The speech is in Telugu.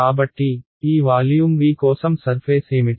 కాబట్టి ఈ వాల్యూమ్ V కోసం సర్ఫేస్ ఏమిటి